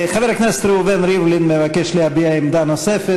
חבר הכנסת ראובן ריבלין מבקש להביע עמדה נוספת.